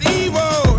evil